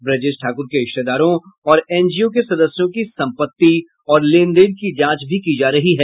ब्रजेश ठाकुर के रिश्तेदारों और एनजीओ के सदस्यों की संपत्ति और लेन देन की जांच भी की जा रही है